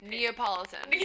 Neapolitan